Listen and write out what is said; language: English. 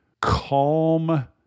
calm